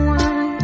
one